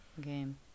game